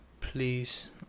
Please